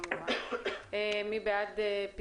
מי בעד?